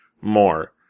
more